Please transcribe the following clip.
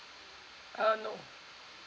uh no